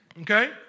Okay